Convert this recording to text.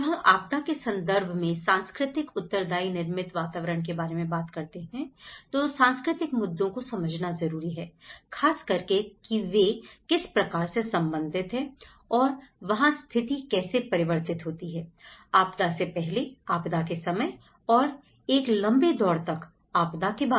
जब हम आपदा के संदर्भ में सांस्कृतिक उत्तरदायी निर्मित वातावरण के बारे में बात करते हैं तो सांस्कृतिक मुद्दों को समझना जरूरी है खास करके की वे वे किस प्रकार से संबंधित हैं और वहां स्थिति कैसे परिवर्तित होती हैं आपदा से पहले आपदा के समय और एक लंबे दौर तक आपदा के बाद